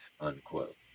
unquote